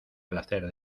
placer